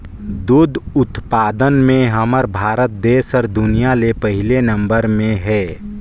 दूद उत्पादन में हमर भारत देस हर दुनिया ले पहिले नंबर में हे